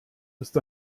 ist